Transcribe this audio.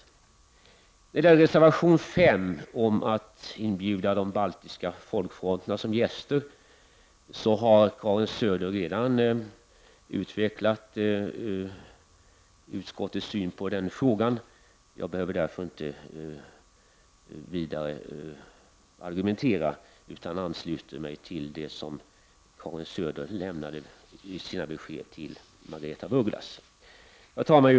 När det gäller reservation 5 som handlar om att inbjuda de baltiska folkfronterna som gäster, har Karin Söder redan utvecklat utskottets syn på frågan. Jag behöver därför inte vidare argumentera utan ansluter mig till de synpunkter som Karin Söder redogjorde för i sina besked till Margaretha af Ugglas. Herr talman!